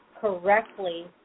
correctly